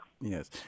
Yes